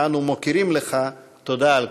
ואנחנו מוקירים אותך על כך.